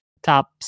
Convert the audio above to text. Top